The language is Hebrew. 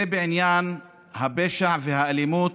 זה בעניין הפשע והאלימות.